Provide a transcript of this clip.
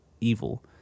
evil